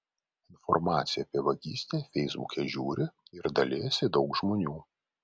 informaciją apie vagystę feisbuke žiūri ir dalijasi daug žmonių